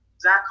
Zach